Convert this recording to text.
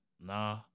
Nah